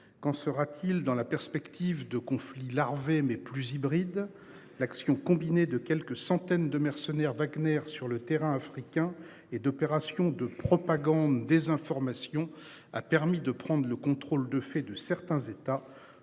Qu'en sera-t-il dans la perspective de conflit larvé, mais plus hybride. L'action combinée de quelques centaines de mercenaires Wagner sur le terrain africain et d'opérations de propagande désinformation a permis de prendre le contrôle de fait de certains États